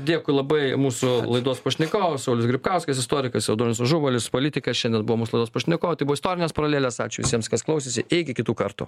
dėkui labai mūsų laidos pašnekovas saulius gripkauskas istorikas audronius ažubalis politikas šiandien buvo mūsų laidos pašnekovai tai buvo istorinės paralelės ačiū visiems kas klausėsi iki kitų kartų